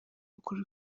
ukuri